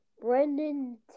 Brendan